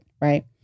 right